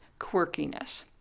quirkiness